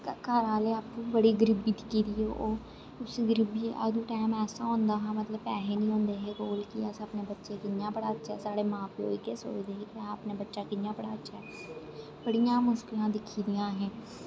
घर आहले आपूं बड़ी गरिबी दिक्खी दी ओह् उस गरीबी च अदूं टाएम ऐसा होंदा हा मतलब पैसे नेई हुंदे हे कोल कि अस अपने बच्चें गी कि''यां पढ़ाचै मां बब्ब इ'यै सोचदे है कि अस अपना बच्चा कि'यां पढ़ाचे बड़ियां मुश्कला दिक्खी दियां असें